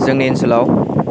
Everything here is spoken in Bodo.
जोंनि ओनसोलाव